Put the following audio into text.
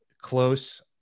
close